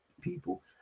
people